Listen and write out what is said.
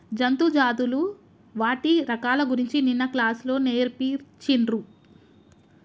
జంతు జాతులు వాటి రకాల గురించి నిన్న క్లాస్ లో నేర్పిచిన్రు